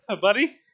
buddy